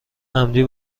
عمدی